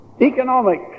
Economic